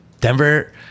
Denver